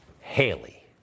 Haley